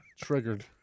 Triggered